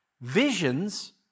Visions